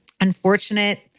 unfortunate